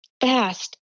fast